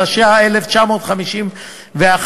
התשי"א 1951,